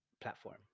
Platform